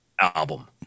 album